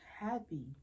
happy